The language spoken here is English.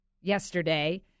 yesterday